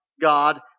God